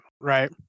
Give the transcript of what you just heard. right